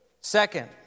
Second